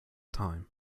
time